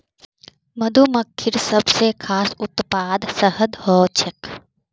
मधुमक्खिर सबस खास उत्पाद शहद ह छेक